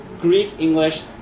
Greek-English